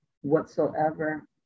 whatsoever